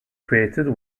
created